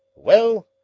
well,